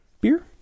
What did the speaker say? beer